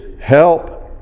help